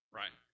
right